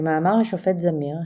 כמאמר השופט זמיר,